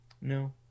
No